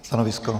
Stanovisko?